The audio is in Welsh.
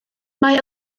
mae